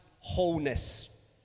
wholeness